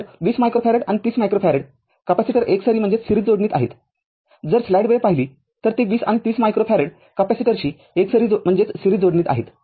तर२० microfarad आणि ३० microfarad capacitor एकसरी जोडणीत आहेतजर स्लाईड वेळ पाहिली तर ते २० आणि ३० मायक्रो फॅरेड कॅपेसिटर एकसरी जोडणीत आहेत